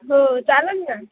हो चालंल ना